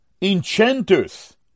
enchanters